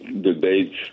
debates